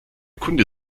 kunde